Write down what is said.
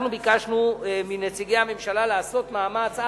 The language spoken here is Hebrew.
אנחנו ביקשנו מנציגי הממשלה לעשות מאמץ,